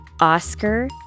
Oscar